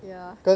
ya